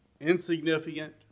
insignificant